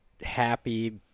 happy